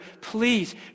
Please